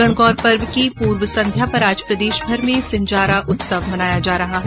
गणगौर पर्व की पूर्व संध्या पर आज प्रदेशभर में सिंजारा उत्सव मनाया जा रहा है